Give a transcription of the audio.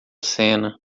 cena